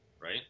Right